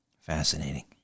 Fascinating